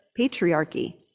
patriarchy